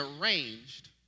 arranged